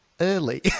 early